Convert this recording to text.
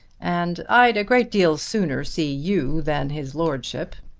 and i'd a great deal sooner see you than his lordship.